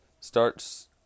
starts